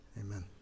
Amen